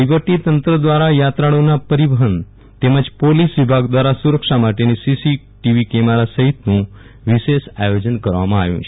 વહીવટીતંત્ર દ્રારા યાત્રાળુઓના પરિવહન તેમજ પોલીસ વિભાગ દ્રારા સુરક્ષા માટેની સીસીટીવી કેમેરા સહિત વિશેષ આયોજન કરવામાં આવ્યુ છે